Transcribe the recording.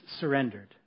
surrendered